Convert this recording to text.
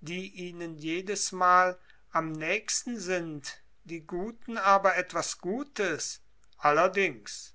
die ihnen jedesmal am nächsten sind die guten aber etwas gutes allerdings